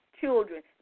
children